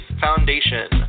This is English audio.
Foundation